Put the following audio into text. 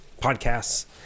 podcasts